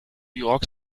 york